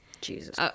jesus